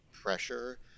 pressure